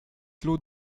clos